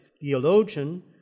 theologian